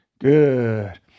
Good